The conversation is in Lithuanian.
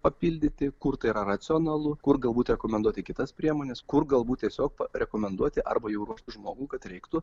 papildyti kur tai yra racionalu kur galbūt rekomenduoti kitas priemones kur galbūt tiesiog rekomenduoti arba jūros žmogų kad reiktų